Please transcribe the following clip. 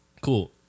Cool